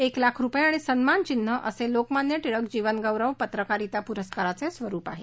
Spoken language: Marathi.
एक लाख रुपये आणि सन्मानचिन्ह असे लोकमान्य टिळक जीवनगौरव पत्रकारिता पुरस्काराचे स्वरुप आहे